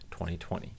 2020